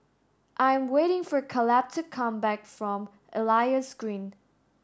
I am waiting for Kaleb to come back from Elias Green